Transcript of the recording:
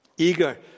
eager